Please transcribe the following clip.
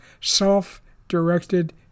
self-directed